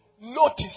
notice